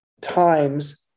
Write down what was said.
Times